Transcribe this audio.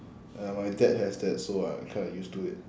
ya my dad has that so I kind of used to it